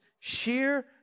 sheer